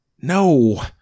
No